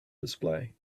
display